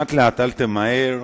לאט-לאט, אל תמהר,